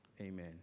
Amen